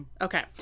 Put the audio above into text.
Okay